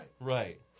Right